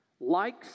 Likes